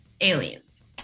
aliens